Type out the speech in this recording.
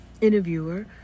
interviewer